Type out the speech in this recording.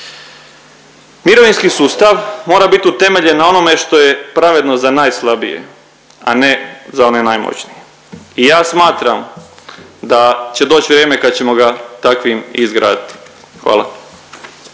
Mirovinski sustav mora bit utemeljen na onome što pravedno za najslabije, a ne za one najmoćnije i ja smatram da će doć vrijeme kad ćemo ga takvim i izgraditi. Hvala.